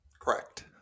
Correct